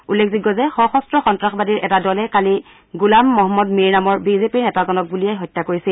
উল্লেখযোগ্য যে সশস্ত্ৰ সন্ত্ৰাসবাদীৰ এটা দলে কালি গোলাম মদম্মদ মীৰ নামৰ এই নেতাজনক গুলীয়াই হত্যা কৰিছিল